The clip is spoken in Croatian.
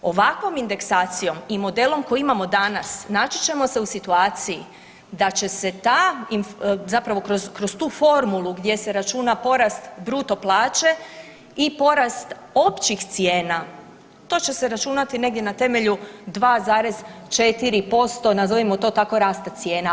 Ovakvom indeksacijom i modelom koji imamo danas naći ćemo se u situaciji da će ta zapravo kroz tu formulu gdje se računa porast bruto plaće i porast općih cijena, to će se računati negdje na temelju 2,4% nazovimo to tako rasta cijena.